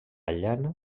llana